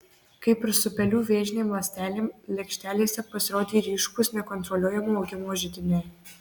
kaip ir su pelių vėžinėm ląstelėm lėkštelėse pasirodė ryškūs nekontroliuojamo augimo židiniai